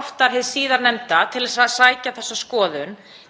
oftar hið síðarnefnda, til að sækja þessa skoðun. Það er einkaaðili sem sér um lögskylda skoðun sem tekur ákvörðun um að sinna ekki ákveðnu svæði og ef fólk kemst ekki 70–150 km